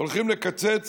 הולכים לקצץ